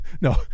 No